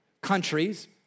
countries